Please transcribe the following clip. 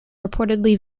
reportedly